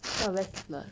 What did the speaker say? so I wear sleeveless